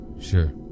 Sure